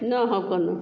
ना हो कौनो